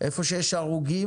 איפה שיש הרוגים,